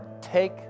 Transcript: take